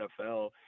NFL